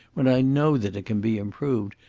when i know that it can be improved,